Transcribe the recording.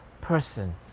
person